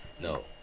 no